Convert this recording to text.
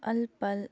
اَلہٕ پَلہٕ